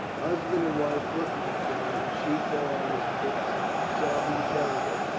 husband and wife looked at each other and she fell on his breast, sobbing terribly,